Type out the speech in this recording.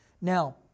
Now